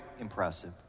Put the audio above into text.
impressive